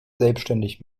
selbstständig